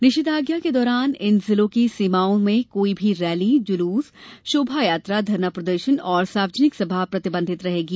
निषेधाज्ञा के दौरान इन जिलों की सीमाओं में कोई भी रैली जुलुस शोभायात्रा धरना प्रदर्शन और सार्वजनिक सभा प्रतिबंधित रहेंगी